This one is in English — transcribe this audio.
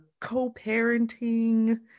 co-parenting